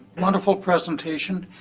wonderful presentation,